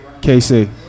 KC